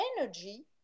energy